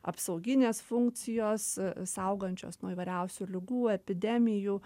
apsauginės funkcijos saugančios nuo įvairiausių ligų epidemijų